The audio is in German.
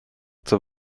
zur